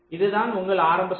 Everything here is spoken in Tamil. இது தான் உங்கள் ஆரம்ப சுற்று